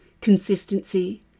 consistency